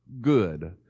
good